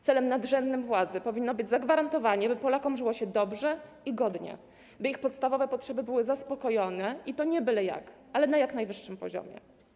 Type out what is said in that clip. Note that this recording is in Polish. Celem nadrzędnym władzy powinno być zagwarantowanie, by Polakom żyło się dobrze i godnie, by ich podstawowe potrzeby były zaspokojone i to nie byle jak, ale na jak najwyższym poziomie.